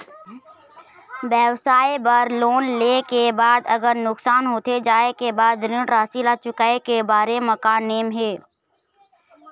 व्यवसाय बर लोन ले के बाद अगर नुकसान होथे जाय के बाद ऋण राशि ला चुकाए के बारे म का नेम हे?